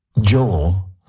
Joel